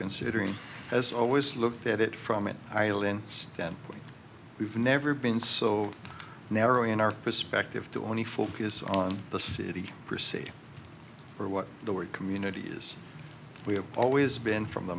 considering has always looked at it from an island standpoint we've never been so narrow in our perspective to only focus on the city proceed or what the world community is we have always been from the